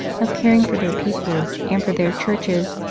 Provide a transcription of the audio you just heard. of caring for their people and for their churches,